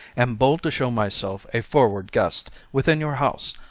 am bold to show myself a forward guest within your house,